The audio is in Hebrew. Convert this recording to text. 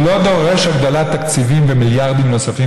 אני לא דורש הגדלת תקציבים ומיליארדים נוספים,